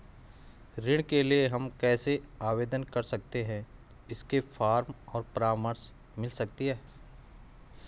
ऋण के लिए हम कैसे आवेदन कर सकते हैं इसके फॉर्म और परामर्श मिल सकती है?